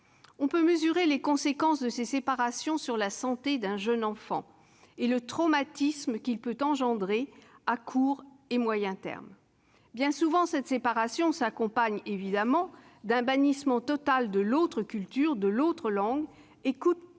On peut mesurer les conséquences de ces séparations sur la santé d'un jeune enfant et le traumatisme qu'elles peuvent entraîner à court et à moyen terme. Bien souvent, elles s'accompagnent d'un bannissement total de l'autre culture, de l'autre langue, et